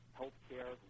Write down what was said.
healthcare